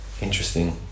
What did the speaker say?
Interesting